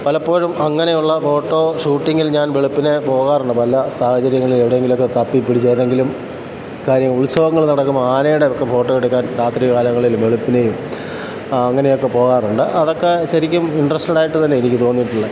പലപ്പോഴും അങ്ങനെയുള്ള ഫോട്ടോ ഷൂട്ടിങ്ങിൽ ഞാൻ വെളുപ്പിനെ പോകാറുണ്ട് പല സാഹചര്യങ്ങളിൽ എവിടെയെങ്കിലുമൊക്കെ തപ്പിപ്പിടിച്ച് എതെങ്കിലും കാര്യങ്ങൾ ഉത്സവങ്ങൾ നടക്കുമ്പോൾ ആനയുടെ ഒക്കെ ഫോട്ടോ എടുക്കാൻ രാത്രികാലങ്ങളിൽ വെളുപ്പിനേയും അങ്ങനെയൊക്കെ പോകാറുണ്ട് അതൊക്കെ ശരിക്കും ഇൻട്രസ്റ്റഡായിട്ട് തന്നെയാ എനിക്ക് തോന്നിയിട്ടുള്ളത്